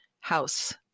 house